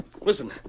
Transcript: Listen